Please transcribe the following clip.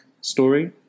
story